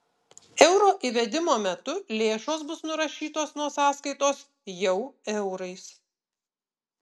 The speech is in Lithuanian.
euro įvedimo metu lėšos bus nurašytos nuo sąskaitos jau eurais